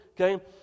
okay